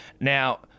Now